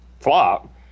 flop